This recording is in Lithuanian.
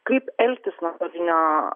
kaip elgtis nuotolinio